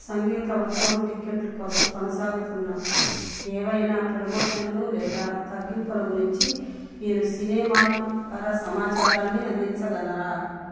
సంగీత ఉత్సవం టిక్కెట్లు కోసం కొనసాగుతున్న ఏవైనా ప్రమోషన్లు లేదా తగ్గింపుల గురించి మీరు సినిమార్క్ ద్వారా సమాచారాన్ని అందించగలరా